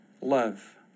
love